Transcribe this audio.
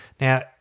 Now